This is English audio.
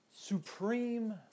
supreme